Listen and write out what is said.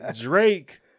Drake